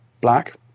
black